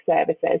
services